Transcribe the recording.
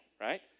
right